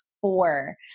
four-